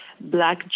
black